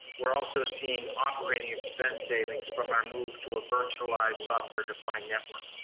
we're also seeing operating expense savings from our move to a virtualized software defined network.